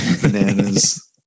bananas